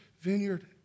vineyard